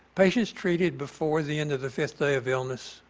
patients treated before the end of the fifth day of illness,